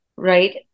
right